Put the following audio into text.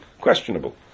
questionable